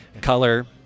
color